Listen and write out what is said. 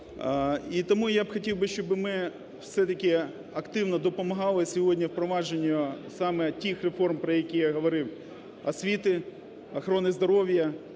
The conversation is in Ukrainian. І тому я хотів би, щоб ми все-таки активно допомагали сьогодні впровадженню саме тих реформ, про які я говорив: освіти, охорони здоров'я,